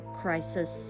crisis